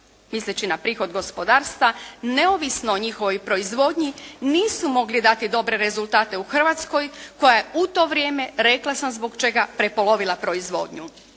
misleći na prihod gospodarstva neovisno o njihovoj proizvodnji nisu mogli dati dobre rezultate u Hrvatskoj koja je u to vrijeme rekla sam zbog čega prepolovila proizvodnju.